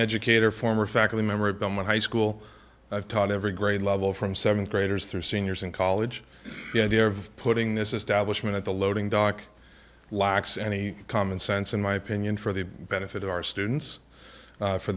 educator former faculty member of the my high school i've taught every grade level from seventh graders through seniors in college the idea of putting this establishment at the loading dock lacks any common sense in my opinion for the benefit of our students